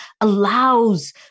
allows